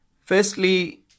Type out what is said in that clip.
firstly